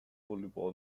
voleibol